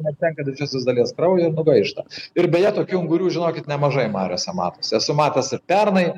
neteka didžiosios dalies kraujo ir nugaišta ir beje tokių ungurių žinokit nemažai mariose matosi esu matęs ir pernai